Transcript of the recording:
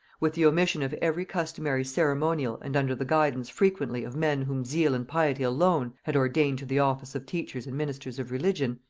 with the omission of every customary ceremonial and under the guidance frequently of men whom zeal and piety alone had ordained to the office of teachers and ministers of religion,